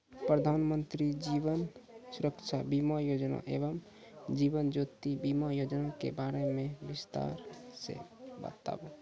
प्रधान मंत्री जीवन सुरक्षा बीमा योजना एवं जीवन ज्योति बीमा योजना के बारे मे बिसतार से बताबू?